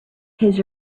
his